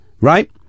right